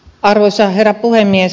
arvoisa herra puhemies